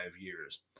years